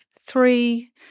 three